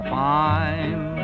fine